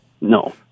No